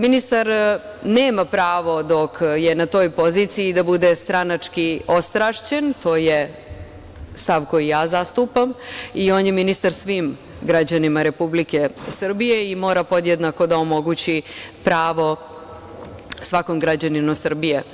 Ministar nema pravo dok je na toj poziciji da bude stranački ostrašćen, to je stav koji ja zastupam, i on je ministar svim građanima Republike Srbije i mora podjednako da omogući pravo svakom građaninu Srbije.